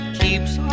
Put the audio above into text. keeps